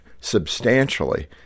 substantially